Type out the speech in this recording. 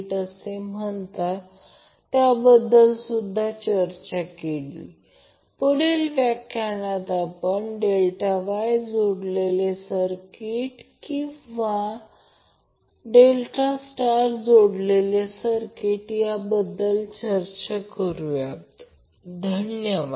तर याला आपण म्हणतो जर Van Vp √3 येथे पर्याय असेल तर ते Vp √ 3 अँगल 150o असेल आणि जर ते येथे Van Vp√3अँगल 30 असेल तर ते Vp√ 30 अँगल 90o असेल